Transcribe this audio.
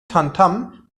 tamtam